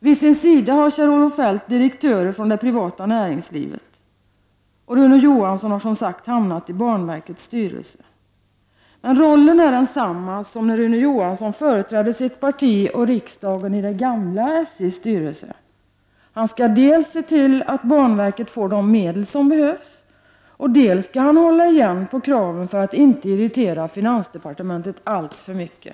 Vid sin sida har Kjell Olof Feldt direktörer från det privata näringslivet, och Rune Johansson har, som sagt, hamnat i banverkets styrelse. Rune Johanssons roll är densamma som när han företräder sitt parti och riksdagen i det gamla SJs styrelse. Han skall dels se till att banverket får de medel som behövs, dels hålla igen på kraven för att inte irritera finansdepartementet alltför mycket.